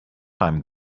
time